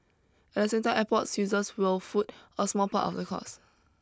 at the same time airports users will foot a small part of the cost